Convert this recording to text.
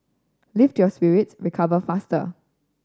lift your spirits recover faster